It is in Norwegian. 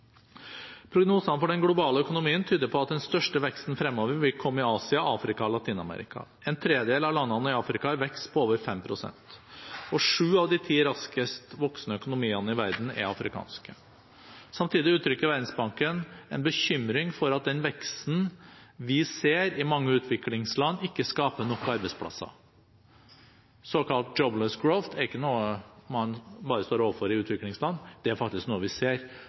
Prognosene for den globale økonomien tyder på at den største veksten fremover vil komme i Asia, Afrika og Latin-Amerika. En tredel av landene i Afrika har vekst på over 5 pst., og sju av de ti raskest voksende økonomiene i verden er afrikanske. Samtidig uttrykker Verdensbanken en bekymring for at den veksten vi ser i mange utviklingsland, ikke skaper nok arbeidsplasser. Såkalt «jobless growth» er ikke noe man bare står overfor i utviklingsland, det er faktisk noe vi ser